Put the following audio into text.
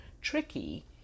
tricky